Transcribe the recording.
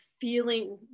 feeling